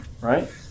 right